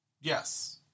yes